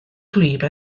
gwlyb